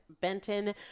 Benton